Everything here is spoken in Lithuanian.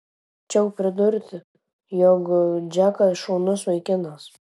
čiau pridurti jog džekas šaunus vaikinas